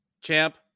champ